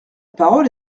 parole